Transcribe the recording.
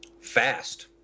Fast